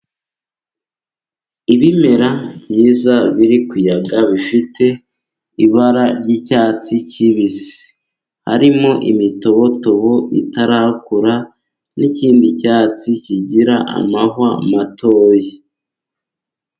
Ibimera byiza biri kuyaga bifite ibara ry'icyatsi kibisi harimo imitobotobo itarakura n'ikindi cyatsi kigira amahwa mato.